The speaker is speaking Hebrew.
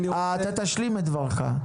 אתה תשלים את דברך.